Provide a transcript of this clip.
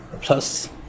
plus